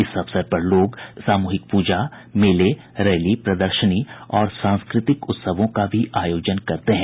इस अवसर पर लोग सामूहिक पूजा मेले रैली प्रदर्शनी और सांस्कृतिक उत्सवों का भी आयोजन करते हैं